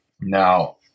Now